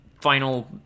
final